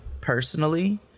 personally